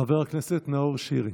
חבר הכנסת נאור שירי.